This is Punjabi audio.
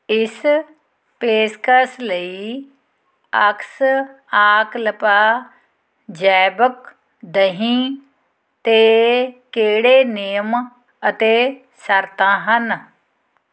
ਇਸ ਪੇਸ਼ਕਸ਼ ਲਈ ਅਕਸ਼ ਆਕਲਪਾ ਜੈਵਕ ਦਹੀਂ 'ਤੇ ਕਿਹੜੇ ਨਿਯਮ ਅਤੇ ਸ਼ਰਤਾਂ ਹਨ